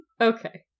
Okay